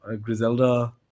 Griselda